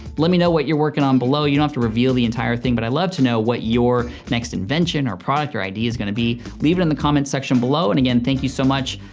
let me know what you're working on below. you don't have to reveal the entire thing, but i'd love to know what your next invention or product or idea's gonna be. leave it in the comment section below and again, thank you so much.